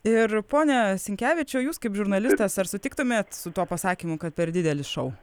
ir pone sinkevičiau jūs kaip žurnalistas ar sutiktumėt su tuo pasakymu kad per didelis šou